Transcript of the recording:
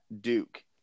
Duke